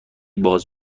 باز